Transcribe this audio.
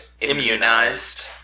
immunized